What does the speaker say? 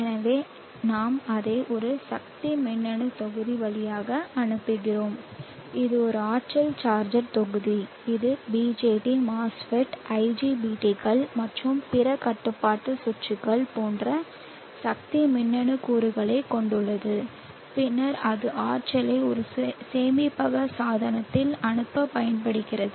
எனவே நாம் அதை ஒரு சக்தி மின்னணு தொகுதி வழியாக அனுப்புகிறோம் இது ஒரு ஆற்றல் சார்ஜர் தொகுதி இது BJT MOSFET IGBT கள் மற்றும் பிற கட்டுப்பாட்டு சுற்றுகள் போன்ற சக்தி மின்னணு கூறுகளைக் கொண்டுள்ளது பின்னர் அது ஆற்றலை ஒரு சேமிப்பக சாதனத்தில் அனுப்ப பயன்படுகிறது